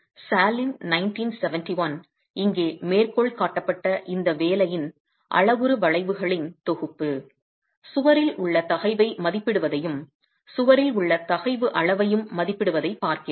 எனவே சாஹ்லின் இங்கே மேற்கோள் காட்டப்பட்ட இந்த வேலையின் அளவுரு வளைவுகளின் தொகுப்பு சுவரில் உள்ள தகைவை மதிப்பிடுவதையும் சுவரில் உள்ள தகைவு அளவையும் மதிப்பிடுவதைப் பார்க்கிறது